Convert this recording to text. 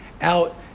out